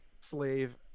slave